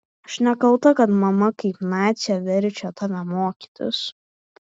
aš nekalta kad mama kaip nacė verčia tave mokytis